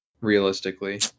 Realistically